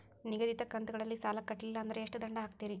ನಿಗದಿತ ಕಂತ್ ಗಳಲ್ಲಿ ಸಾಲ ಕಟ್ಲಿಲ್ಲ ಅಂದ್ರ ಎಷ್ಟ ದಂಡ ಹಾಕ್ತೇರಿ?